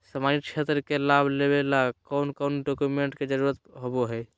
सामाजिक क्षेत्र के लाभ लेबे ला कौन कौन डाक्यूमेंट्स के जरुरत होबो होई?